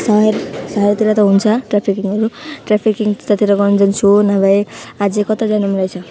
सहर सहरतिर त हुन्छ ट्राफिकिङहरू ट्राफिकिङ त्यतातिर गर्नु जान्छु नभए अझ कता जानु मन रहेछ